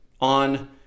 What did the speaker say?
on